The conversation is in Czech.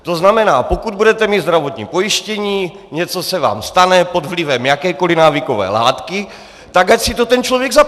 To znamená, pokud budete mít zdravotní pojištění, něco se vám stane pod vlivem jakékoli návykové látky, tak ať si to ten člověk zaplatí.